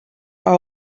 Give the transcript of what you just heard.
are